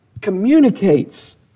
communicates